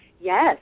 Yes